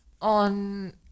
on